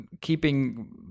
keeping